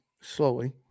slowly